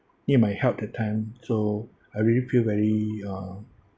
need my help that time so I really feel very uh